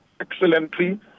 excellently